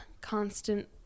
constant